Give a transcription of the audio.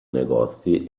negozi